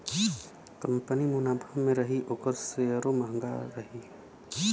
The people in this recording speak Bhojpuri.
कंपनी मुनाफा मे रही ओकर सेअरो म्हंगा रही